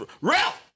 Ralph